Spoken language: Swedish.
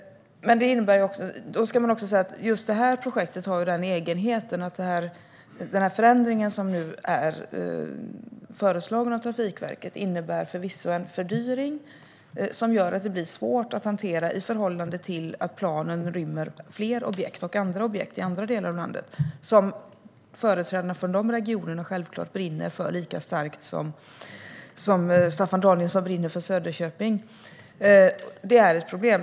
Det ska också sägas att just det här projektet har den egenheten att förändringen som nu är föreslagen av Trafikverket innebär en fördyring som gör att det blir svårt att hantera i förhållande till att planen rymmer fler och andra objekt i andra delar av landet som företrädarna för de regionerna självklart brinner för lika starkt som Staffan Danielsson brinner för Söderköping. Det är ett problem.